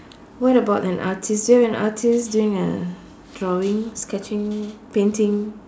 what about an artist do you have an artist doing a drawing sketching painting